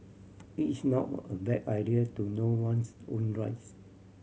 it is normal a bad idea to know one's own rights